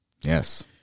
Yes